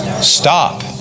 stop